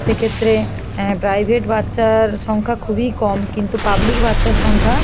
সেক্ষেত্রে প্রাইভেট বাচ্চার সংখ্যা খুবই কম কিন্তু পাবলিক বাচ্চার সংখ্যা